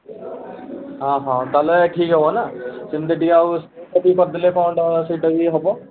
ହଁ ହଁ ତା'ହେଲେ ଠିକ୍ ହେବ ନା ସେମିତି ଟିକେ ଆଉ ସ୍ପ୍ରେଟା ଟିକେ କରିଦେଲେ କ'ଣ ସେଇଟା ବି ହେବ